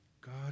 God